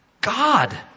God